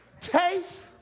Taste